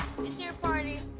your party.